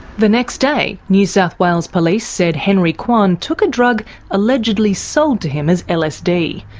the next day, new south wales police said henry kwan took a drug allegedly sold to him as lsd.